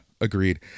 agreed